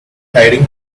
hiding